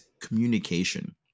communication